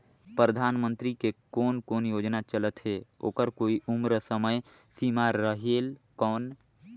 परधानमंतरी के कोन कोन योजना चलत हे ओकर कोई उम्र समय सीमा रेहेल कौन?